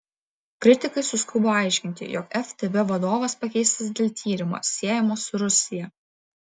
kritikai suskubo aiškinti jog ftb vadovas pakeistas dėl tyrimo siejamo su rusija